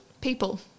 People